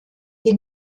die